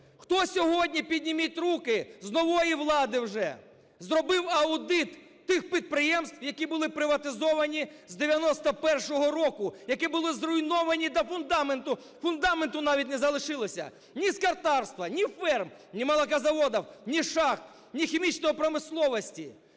Хто сьогодні, підніміть руки з нової влади вже, зробив аудит тих підприємств, які були приватизовані з 91-го року, які були зруйновані до фундаменту, фундаменту навіть не залишилося – ні скотарства, ні ферм, ні молокозаводів, ні шахт, ні хімічної промисловості.